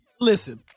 listen